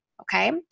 Okay